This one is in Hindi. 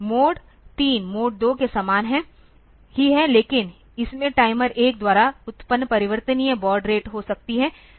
मोड 3 मोड 2 के समान ही है लेकिन इसमें टाइमर 1 द्वारा उत्पन्न परिवर्तनीय बॉड रेट हो सकती है